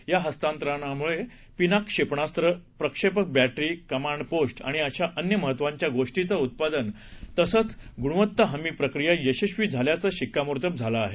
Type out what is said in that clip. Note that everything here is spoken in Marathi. या हस्तांतरणामुळे पिनाक क्षेपणासत्र प्रक्षेपक बॅटरी कमांड पोस्ट आणि अशा अन्य महत्त्वाच्या गोर्टींचं उत्पादन तसेच गुणवत्ता हमी प्रक्रिया यशस्वी झाल्याचं शिक्कामोर्तब झाले आहे